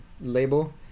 label